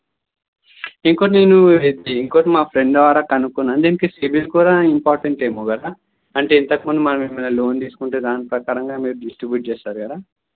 ఇంకొకటి నేను ఇంకొకటి మా ఫ్రెండ్ ద్వారా కనుకున్న దీనికి సిబిల్ కూడా ఇంపార్టెంట్ ఏమో కదా అంటే ఇంతకు ముందు మనం ఏమన్నా లోన్ తీసుకుంటే దాని ప్రకారంగా మీరు డిస్ట్రిబ్యూట్ చేస్తారు కదా